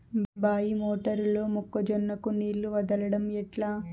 బాయి మోటారు లో మొక్క జొన్నకు నీళ్లు వదలడం ఎట్లా?